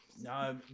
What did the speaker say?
No